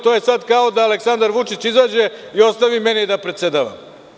To je kao da sada Aleksandar Vučić izađe i ostavi meni da predsedavam.